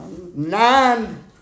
nine